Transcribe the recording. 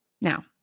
Now